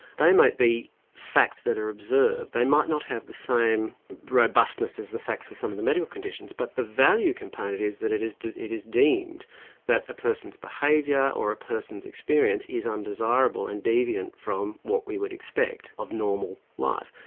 they might be facts that are observed, they might not have the same robustness as the facts for some of the medical conditions, but the value component is that it is it is deemed that a person's behaviour or a person's experience is undesirable and deviant from what we would expect of normal life.